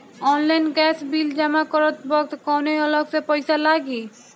Online gas bill जमा करत वक्त कौने अलग से पईसा लागी?